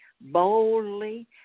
boldly